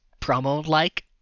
promo-like